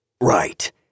Right